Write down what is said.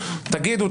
תגידו,